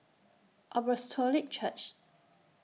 Apostolic Church